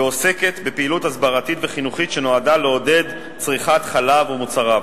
ועוסקת בפעילות הסברתית וחינוכית שנועדה לעודד צריכת חלב ומוצריו.